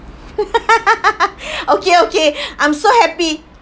okay okay I'm so happy